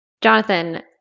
jonathan